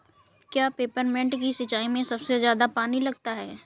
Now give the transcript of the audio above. क्या पेपरमिंट की सिंचाई में सबसे ज्यादा पानी लगता है?